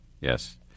yes